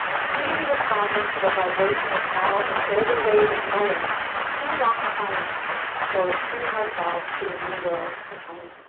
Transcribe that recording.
freely responding to the vibrational call of older ways of knowing too long silenced while attuning ourselves to the new world acomin'.